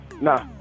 Nah